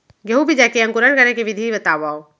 गेहूँ बीजा के अंकुरण करे के विधि बतावव?